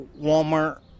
Walmart